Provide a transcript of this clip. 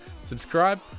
subscribe